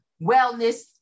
wellness